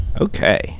Okay